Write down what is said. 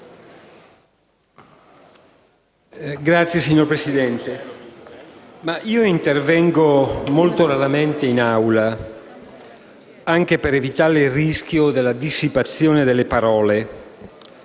*(PD)*. Signor Presidente, intervengo molto raramente in Aula, anche per evitare il rischio della dissipazione delle parole.